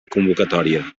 convocatòria